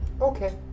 Okay